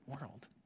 world